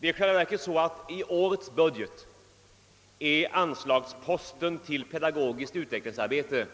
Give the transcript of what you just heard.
I årets statsverksproposition är Pedagogiskt utvecklingsarbete